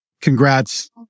Congrats